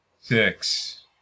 Six